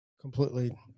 Completely